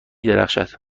درخشد